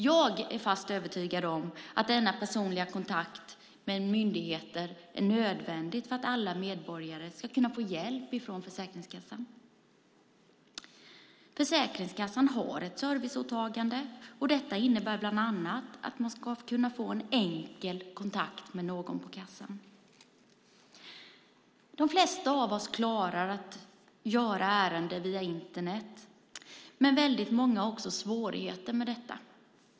Jag är fast övertygad om att denna personliga kontakt med myndigheter är nödvändig för att alla medborgare ska kunna få hjälp ifrån Försäkringskassan. Försäkringskassan har ett serviceåtagande, och detta innebär bland annat att man ska kunna få en enkel kontakt med någon på kassan. De flesta av oss klarar av att göra de flesta ärenden via Internet, men väldigt många har också svårigheter med detta.